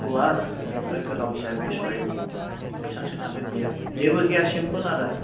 गुवार इनिफ्राय गोलाव हिसाबै सय बेसेबांसो थांगोन बेयाव जेबो गैया सिम्पोल आरो